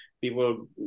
People